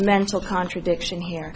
mental contradiction here